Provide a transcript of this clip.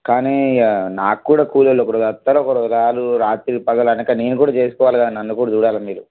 కానీ ఇక నాకు కూడా కూలోళ్ళు ఒకరోజు వస్తారు ఒకరోజు రారు రాత్రి పగలు అనక నేను కూడా చేసుకోవాలి కదా నన్ను కూడా చూడాలి మీరు